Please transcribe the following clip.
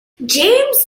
james